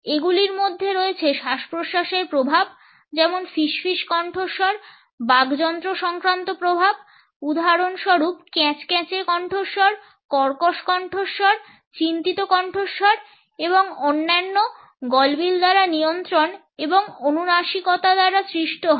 এগুলোর মধ্যে রয়েছে শ্বাস প্রশ্বাসের প্রভাব যেমন ফিসফিস কণ্ঠস্বর বাকযন্ত্র সংক্রান্ত প্রভাব উদাহরণস্বরূপ ক্যাঁচক্যাঁচে কণ্ঠস্বর কর্কশ কণ্ঠস্বর চিন্তিত কণ্ঠস্বর এবং অন্যান্য গলবিল দ্বারা নিয়ন্ত্রণ এবং অনুনাসিকতা দ্বারা সৃষ্ট হয়